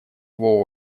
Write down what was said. его